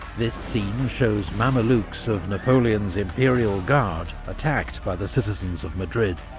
this scene shows mamelukes of napoleon's imperial guard attacked by the citizens of madrid.